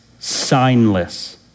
signless